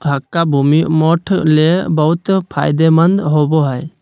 हल्का भूमि, मोठ ले बहुत फायदेमंद होवो हय